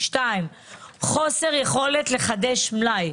2. חוסר יכולת לחדש מלאי,